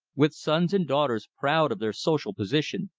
with sons and daughters proud of their social position,